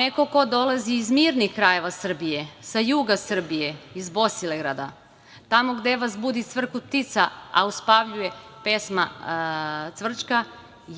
neko ko dolazi iz mirnih krajeva Srbije, sa juga Srbije, iz Bosilegrada, tamo gde vas budi cvrkut ptica, a uspavljuje pesma cvrčka,